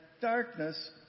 darkness